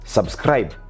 Subscribe